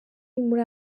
muri